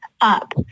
up